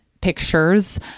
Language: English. pictures